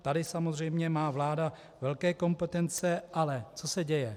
Tady samozřejmě má vláda velké kompetence ale co se děje?